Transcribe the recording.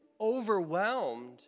overwhelmed